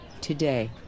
Today